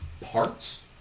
parts